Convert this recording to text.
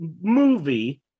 movie